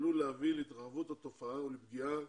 עלול להביא להתרחבות התופעה ולפגיעה